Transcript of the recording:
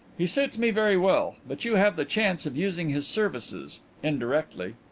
he suits me very well. but you have the chance of using his services indirectly.